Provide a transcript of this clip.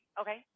Okay